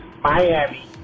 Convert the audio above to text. Miami